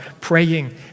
praying